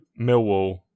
Millwall